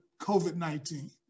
COVID-19